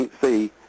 See